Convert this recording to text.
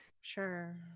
Sure